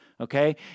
Okay